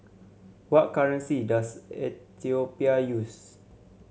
what currency does Ethiopia use